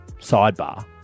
sidebar